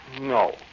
No